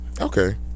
Okay